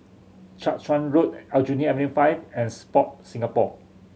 Jiak Chuan Road Aljunied Avenue Five and Sport Singapore